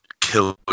killer